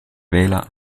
wähler